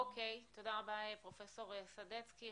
תודה רבה פרופסור סדצקי.